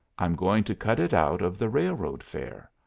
i'm going to cut it out of the railroad fare.